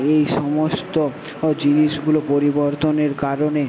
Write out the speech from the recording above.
এই সমস্ত ও জিনিসগুলো পরিবর্তনের কারণে